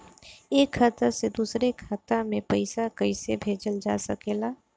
एक खाता से दूसरे खाता मे पइसा कईसे भेजल जा सकेला?